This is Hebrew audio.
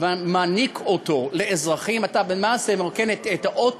ומעניקים אותו לאזרחים, אתה למעשה מרוקן את האות